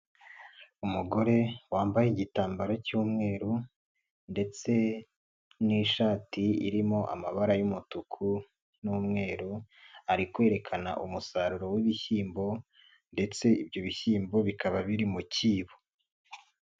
Umugore wambaye igitambaro cy'umweru ndetse n'ishati irimo amabara y'umutuku n'umweru, ari kwerekana umusaruro w'ibishyimbo ndetse ibyo bishyimbo bikaba biri mu cyibo.